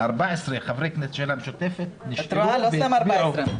14 חברי כנסת של המשותפת נשארו והצביעו.